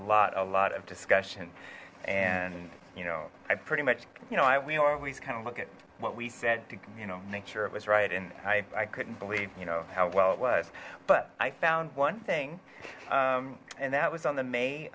lot a lot of discussion and you know i pretty much you know i we always kind of look at what we said to you know make sure it was right and i couldn't believe you know how well it was but i found one thing and that was on the